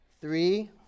Three